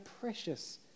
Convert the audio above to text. precious